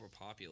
overpopulate